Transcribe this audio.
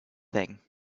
thing